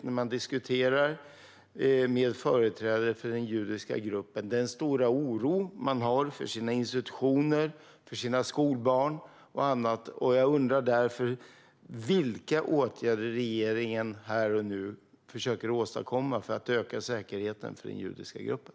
När man diskuterar med företrädare för den judiska gruppen framgår det väldigt tydligt att de känner en stor oro för exempelvis sina institutioner och för sina skolbarn. Jag undrar därför vilka åtgärder regeringen här och nu försöker att vidta för att öka säkerheten för den judiska gruppen.